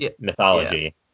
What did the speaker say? mythology